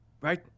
right